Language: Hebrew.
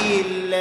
גיל,